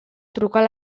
trucar